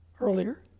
Earlier